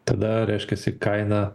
tada reiškiasi kaina